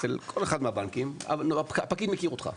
אצל כל אחד מהבנקים, הפקיד מכיר אותך.